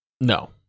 No